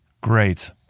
Great